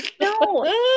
No